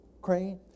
crane